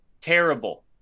terrible